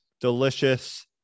Delicious